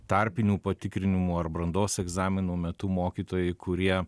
tarpinių patikrinimų ar brandos egzaminų metu mokytojai kurie